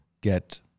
get